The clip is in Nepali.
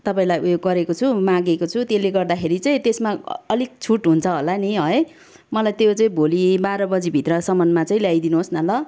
तपाईँलाई उयो गरेको छु मागेको छु त्यसले गर्दाखेरि चाहिँ त्यसमा अलिक छुट हुन्छ होला नि है मलाई त्यो चाहिँ भोलि बाह्र बजीभित्रसम्ममा चाहिँ ल्याइदिनु होस् न ल